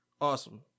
awesome